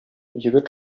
егет